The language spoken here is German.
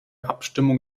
abstimmung